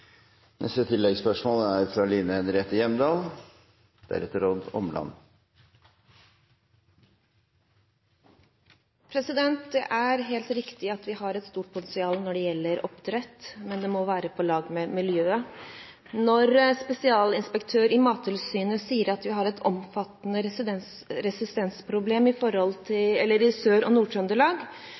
Line Henriette Hjemdal – til oppfølgingsspørsmål. Det er helt riktig at vi har et stort potensial når det gjelder oppdrett, men det må være på lag med miljøet. Spesialinspektør i Mattilsynet sier at vi har et omfattende resistensproblem i Sør- og Nord-Trøndelag. Hun sier videre at vi har det samme verktøyet i